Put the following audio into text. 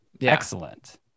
excellent